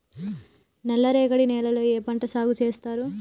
నల్లరేగడి నేలల్లో ఏ పంట సాగు చేస్తారు?